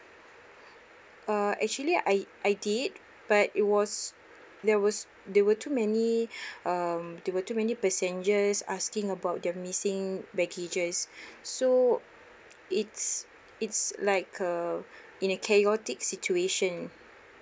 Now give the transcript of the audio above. uh actually I I did but it was there was there were two many um there were too many passengers asking about their missing baggages so it's it's like a in a chaotic situation